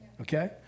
Okay